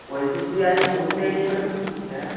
বলছি তুই আজকে পড়তে এলি না হ্যাঁ